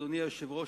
אדוני היושב-ראש,